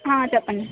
చెప్పండి